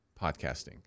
podcasting